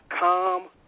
calm